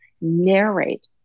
Narrate